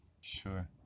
Sure